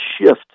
shift